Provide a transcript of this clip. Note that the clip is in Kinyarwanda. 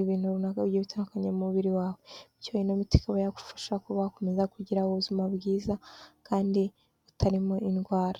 ibintu runaka bigiye bitandukanye mu mubiri wawe bityo, ino miti ikaba yagufasha kuba wakomeza kugira ubuzima bwiza kandi butarimo indwara.